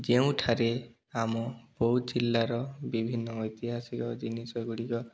ଯେଉଁଠାରେ ଆମ ବୌଦ୍ଧ ଜଲ୍ଲାର ବିଭିନ୍ନ ଐତିହାସିକ ଜିନିଷଗୁଡ଼ିକ